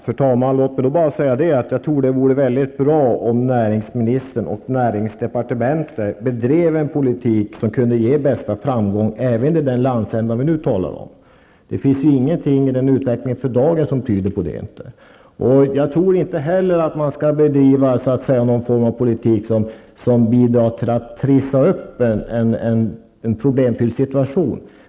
Fru talman! Låt mig då bara säga att jag tror att det vore bra om näringsministern och näringsdepartementet bedrev den politik som kunde ge den största framgången även i den landsända som vi nu talar om. Det finns ju ingenting i utvecklingen för dagen som tyder på att det är den politiken som förs. Jag tror inte heller att man skall bedriva en politik som bidrar till att så att säga trissa upp en problemfylld situation.